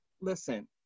listen